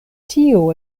tio